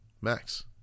Max